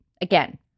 again